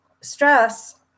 stress